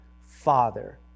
Father